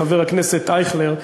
חבר הכנסת אייכלר,